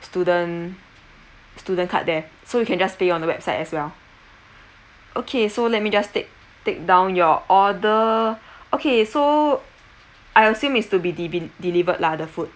student student card there so you can just pay on the website as well okay so let me just take take down your order okay so I assume is to be de~ be delivered lah the food